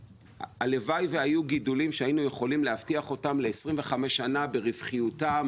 והלוואי והיו גידולים שהיינו יכולים להבטיח אותם ל-25 שנה ברווחיותם,